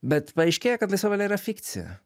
bet paaiškėja kad laisva valia yra fikcija